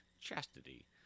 Chastity